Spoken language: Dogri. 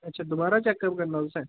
अच्छा दबारा चेकअप करना तुसें